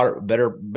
better